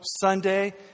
Sunday